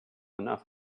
enough